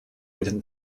within